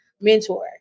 mentor